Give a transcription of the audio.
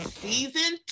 season